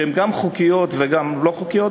שהן גם חוקיות וגם לא חוקיות,